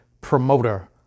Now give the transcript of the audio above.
promoter